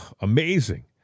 Amazing